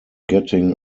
getting